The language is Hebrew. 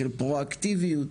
של פרו אקטיביות,